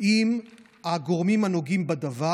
עם הגורמים הנוגעים בדבר,